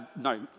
No